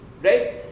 right